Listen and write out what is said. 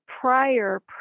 prior